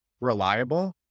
reliable